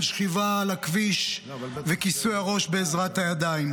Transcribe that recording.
שכיבה על הכביש וכיסוי הראש בעזרת הידיים,